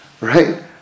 Right